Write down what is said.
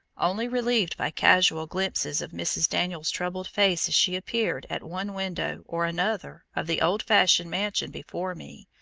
only relieved by casual glimpses of mrs. daniels' troubled face as she appeared at one window or another of the old-fashioned mansion before me.